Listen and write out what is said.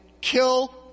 kill